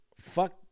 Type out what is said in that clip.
fuck